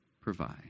provide